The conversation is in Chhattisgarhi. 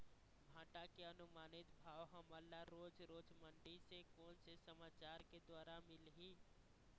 भांटा के अनुमानित भाव हमन ला रोज रोज मंडी से कोन से समाचार के द्वारा मिलही?